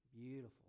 beautiful